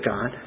God